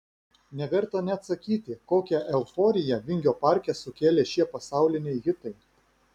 neverta net sakyti kokią euforiją vingio parke sukėlė šie pasauliniai hitai